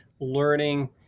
learning